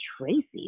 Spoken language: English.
Tracy